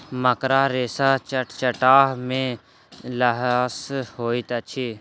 मकड़ा रेशा चटचटाह आ लसाह होइत अछि